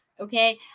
Okay